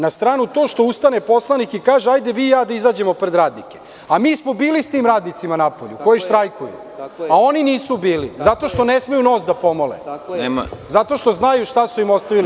Na stranu to što ustane poslanik i kaže- hajde vi i ja da izađemo pred radnike, a mi smo bili s tim radnicima napolju, koji štrajkuju, a oni nisu bili zato što ne smeju nos da pomole, zato što znaju šta su im ostavili.